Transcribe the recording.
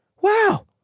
wow